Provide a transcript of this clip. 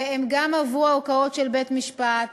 והם גם עברו ערכאות של בית-משפט,